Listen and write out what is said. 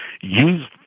use